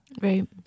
right